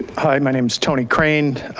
hi my name is tony crane.